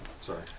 Sorry